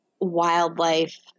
wildlife